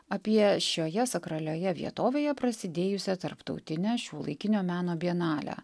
apie šioje sakralioje vietovėje prasidėjusią tarptautinę šiuolaikinio meno bienalę